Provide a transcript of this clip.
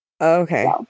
Okay